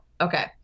Okay